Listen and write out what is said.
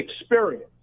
experience